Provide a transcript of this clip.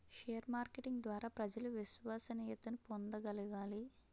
share marketing ద్వారా ప్రజలు విశ్వసనీయతను పొందగలగాలి